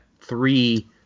three